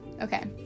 Okay